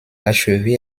achever